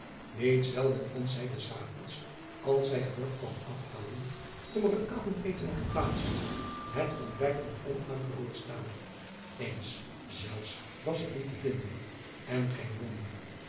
niet zelden vond zij des avonds als zij het bord kwam afhalen om er het avondeten op te plaatsen het ontbijt nog onaangeroerd staan eens zelfs was het niet te vinden en geen wonder